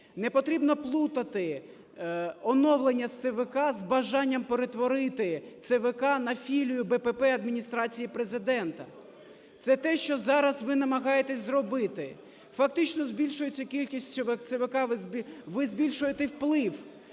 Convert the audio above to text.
Не потрібно плутати оновлення ЦВК з бажанням перетворити ЦВК на філію БПП Адміністрації Президента. Це те, що зараз ви намагаєтесь зробити. Фактично, збільшуючи кількість ЦВК, ви збільшуєте вплив,